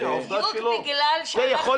בדיוק בגלל --- תראי,